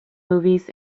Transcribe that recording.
movies